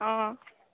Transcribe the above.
অঁ